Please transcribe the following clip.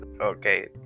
Okay